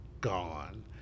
gone